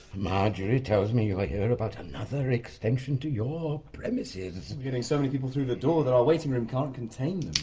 marjorie tells me you're here about another extension to your premises? we're getting so many people through the door that our waiting room can't contain them.